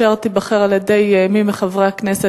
אשר תיבחר על-ידי מי מחברי הכנסת,